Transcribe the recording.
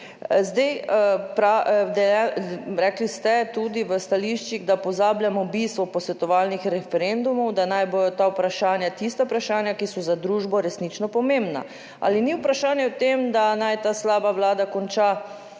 Rekli ste tudi v stališčih, da pozabljamo bistvo posvetovalnih referendumov, da naj bodo ta vprašanja tista vprašanja, ki so za družbo resnično pomembna. Ali ni vprašanje v tem, da naj ta slaba Vlada konča